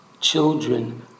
children